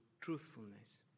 truthfulness